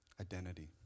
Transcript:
identity